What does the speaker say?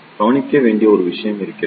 கவனிக்க வேண்டிய ஒரு விஷயம் இருக்கிறது